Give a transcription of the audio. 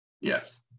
Yes